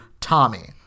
Tommy